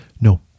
No